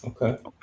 Okay